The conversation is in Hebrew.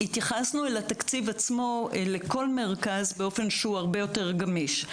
התייחסנו אל התקציב עצמו לכל מרכז באופן שהוא הרבה יותר גמיש.